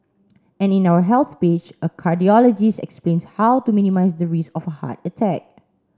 and in our health page a cardiologist explains how to minimise the risk of heart attack